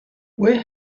where